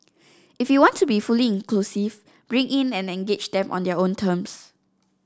if you want to be fully inclusive bring in and engage them on their own terms